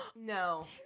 No